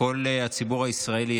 כל הציבור הישראלי,